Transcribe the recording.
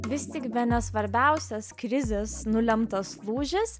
vis tik bene svarbiausias krizės nulemtas lūžis